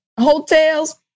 hotels